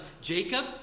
Jacob